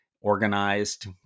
organized